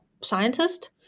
scientist